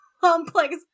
complex